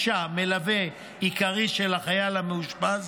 לאישה או למלווה העיקרי של החייל המאושפז,